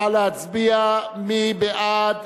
נא להצביע, מי בעד?